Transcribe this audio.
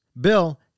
Bill